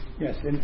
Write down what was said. yes